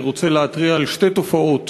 אני רוצה להתריע על שתי תופעות